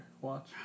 Watch